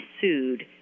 sued